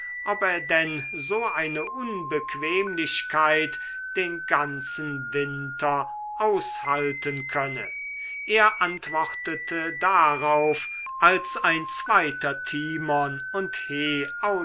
ob er denn so eine unbequemlichkeit den ganzen winter aushalten könne er antwortete darauf als ein zweiter timon und